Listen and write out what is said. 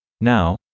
Now